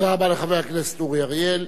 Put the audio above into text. תודה רבה לחבר הכנסת אורי אריאל.